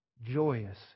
joyous